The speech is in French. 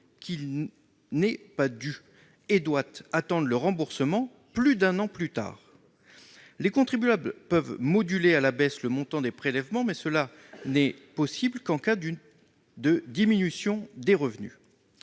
qui n'est pas dû, et il doit attendre plus d'un an avant d'être remboursé. Les contribuables peuvent moduler à la baisse le montant des prélèvements, mais cela n'est possible qu'en cas de diminution des revenus.